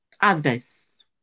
others